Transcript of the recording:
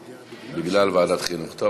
טוב,